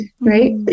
right